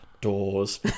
Doors